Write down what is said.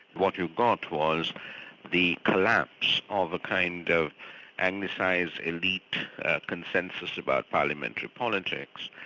what you got was the collapse of a kind of anglicised elite consensus about parliamentary politics.